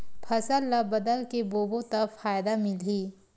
फसल ल बदल के बोबो त फ़ायदा मिलही?